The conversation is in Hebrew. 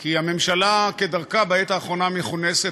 כי הממשלה כדרכה בעת האחרונה מכונסת,